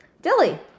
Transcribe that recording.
Dilly